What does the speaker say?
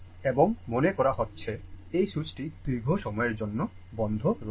এবং মনে করা হচ্ছে এই সুইচটি দীর্ঘ সময়ের জন্য বন্ধ রয়েছে